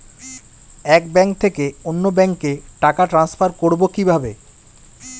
এক ব্যাংক থেকে অন্য ব্যাংকে টাকা ট্রান্সফার করবো কিভাবে?